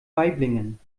waiblingen